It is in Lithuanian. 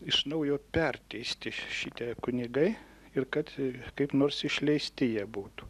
iš naujo perteisti šitie kunigai ir kad kaip nors išleisti jie būtų